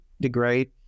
degrade